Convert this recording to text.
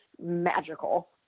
magical